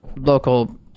local